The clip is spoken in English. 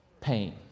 pain